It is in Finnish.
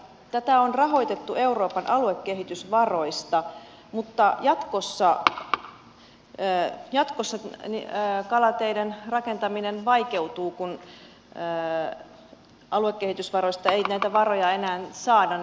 tätä on rahoitettu euroopan aluekehitysvaroista mutta jatkossa kalateiden rakentaminen vaikeutuu kun aluekehitysvaroista ei näitä varoja enää saada